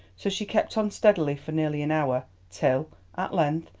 so she kept on steadily for nearly an hour, till, at length,